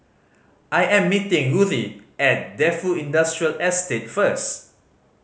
I am meeting Ruthie at Defu Industrial Estate first